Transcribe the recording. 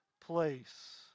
place